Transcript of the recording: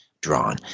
drawn